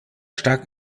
stark